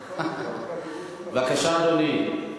בבקשה, אדוני.